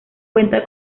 cuenta